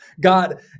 god